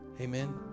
amen